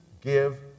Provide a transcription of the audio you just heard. give